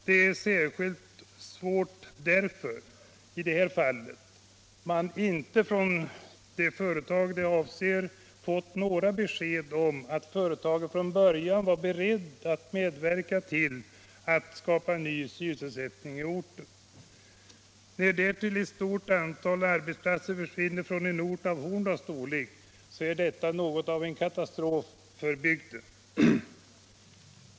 Det är särskilt svårt i det här fallet, eftersom man inte fått några besked från företaget om att ledningen där från början varit beredd att medverka till att skapa ny sysselsättning på orten. När därtill ett stort antal arbetstillfällen försvinner från en ort av Horndals storlek är detta något av en katastrof för hela bygden.